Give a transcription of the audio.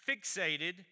fixated